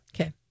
Okay